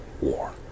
war